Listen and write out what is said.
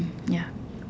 ya